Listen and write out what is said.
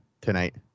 tonight